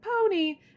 pony